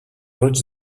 roig